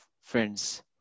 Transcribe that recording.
friends